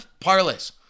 parlays